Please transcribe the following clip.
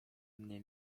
mnie